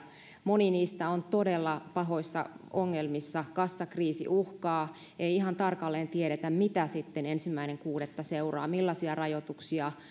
moni niistä on todella pahoissa ongelmissa kassakriisi uhkaa ei ihan tarkalleen tiedetä mitä sitten ensimmäinen kuudetta seuraa millaisia rajoituksia